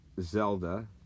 Zelda